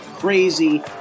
crazy